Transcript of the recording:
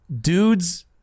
dudes